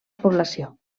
població